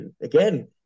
Again